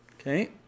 Okay